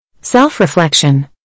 Self-reflection